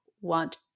want